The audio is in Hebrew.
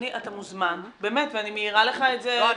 אתה מוזמן באמת ואני מעירה לך את זה --- לא,